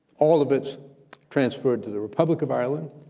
all of it's transferred to the republic of ireland,